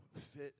fit